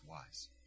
wise